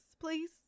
please